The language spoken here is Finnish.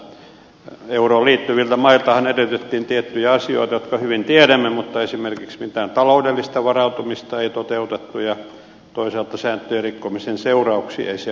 euroon liittyviltä mailtahan edellytettiin tiettyjä asioita jotka hyvin tiedämme mutta esimerkiksi mitään taloudellista varautumista ei toteutettu ja toisaalta sääntöjen rikkomisen seurauksia ei selkeästi määritelty